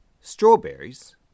Strawberries